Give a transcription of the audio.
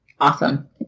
Awesome